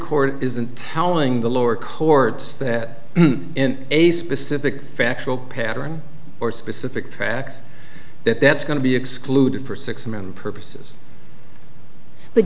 court isn't telling the lower courts that in a specific factual pattern or specific facts that that's going to be excluded for six men purposes but